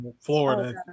Florida